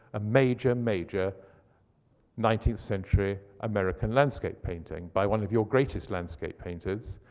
a major, major nineteenth century american landscape painting by one of your greatest landscape painters,